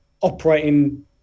operating